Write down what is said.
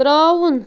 ترٛاوُن